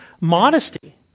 modesty